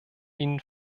ihnen